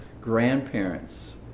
grandparents